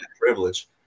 privilege